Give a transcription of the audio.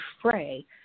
fray